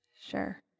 Sure